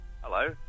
Hello